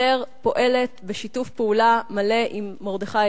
אסתר פועלת בשיתוף פעולה מלא עם מרדכי